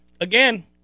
again